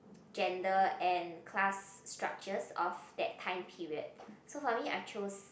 gender and class structures of that time period so for me I chose